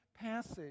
passage